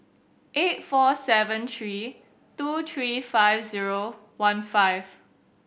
eight four seven three two three five zero one five